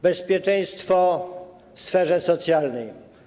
Bezpieczeństwo w sferze socjalnej.